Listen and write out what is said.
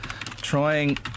Trying